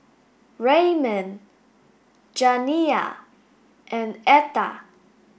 Raymon Janiah and Etta